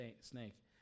snake